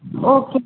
okay